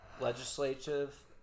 Legislative